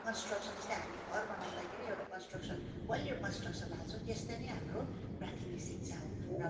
construction जस्तै हामी घर बनाउँदाखेरि एउटा कन्सट्रक्सन बलियो कन्सट्रक्सन हाल्छौँ त्यस्तै नै हाम्रो प्राथमिक शिक्षा हो र